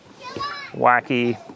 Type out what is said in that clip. wacky